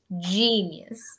Genius